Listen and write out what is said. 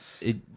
it